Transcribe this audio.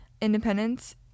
independence